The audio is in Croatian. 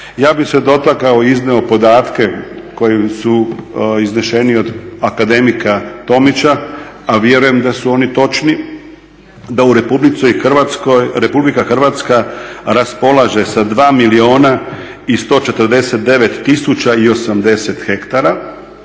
Ja bi se dotakao i iznio podatke koji su izneseni od akademika Tomića, a vjerujem da su oni točni, da u Republici Hrvatskoj, da Republika Hrvatska raspolaže sa 2 149 080 hektara,